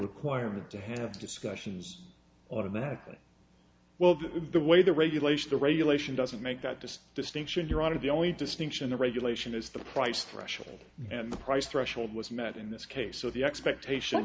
requirement to have discussions automatically well that the way the regulation or regulation doesn't make that distinction you're out of the only distinction of regulation is the price threshold and the price threshold was met in this case so the expectation